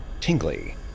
tingly